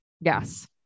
Yes